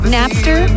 Napster